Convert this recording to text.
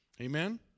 Amen